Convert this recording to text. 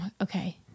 okay